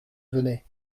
venait